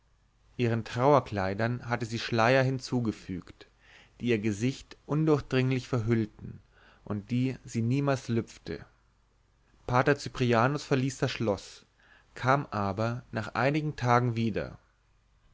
ihren trauerkleidern hatte sie schleier hinzugefügt die ihr gesicht undurchdringlich verhüllten und die sie niemals lüpfte pater cyprianus verließ das schloß kam aber nach einigen tagen wieder